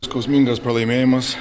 skausmingas pralaimėjimas